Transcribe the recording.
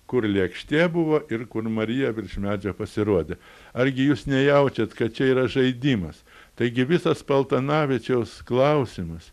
kur lėkštė buvo ir kur marija virš medžio pasirodė argi jūs nejaučiat kad čia yra žaidimas taigi visas paltanavičiaus klausimas